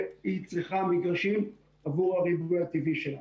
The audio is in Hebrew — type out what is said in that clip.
והיא צריכה מגרשים עבור הריבוי הטבעי שלה.